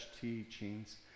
teachings